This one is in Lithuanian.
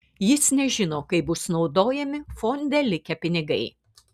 jis nežino kaip bus naudojami fonde likę pinigai